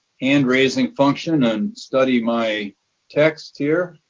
hand-raising function and study my text here.